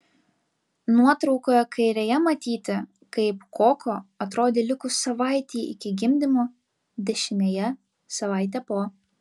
nuotraukoje kairėje matyti kaip koko atrodė likus savaitei iki gimdymo dešinėje savaitė po